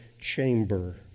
chamber